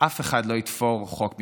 אף אחד לא יתפור חוק במיוחד.